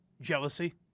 jealousy